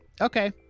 okay